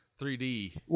3d